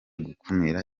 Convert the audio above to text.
gukumira